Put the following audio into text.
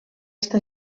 està